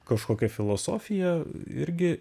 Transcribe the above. kažkokia filosofija irgi